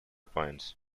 points